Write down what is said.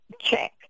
check